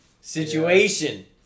situation